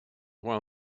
while